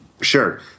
Sure